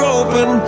open